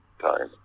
time